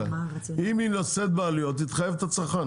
אם היא נושאת בעלויות אתכם אתה תחייב את הצרכן,